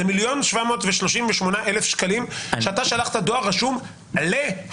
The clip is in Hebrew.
זה 1,738,000 שקלים שאתה שלחת דואר רשום לחינם.